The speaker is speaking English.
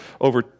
over